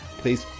please